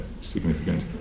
significant